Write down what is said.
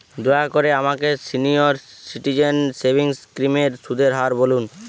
দয়া করে আমাকে সিনিয়র সিটিজেন সেভিংস স্কিমের সুদের হার বলুন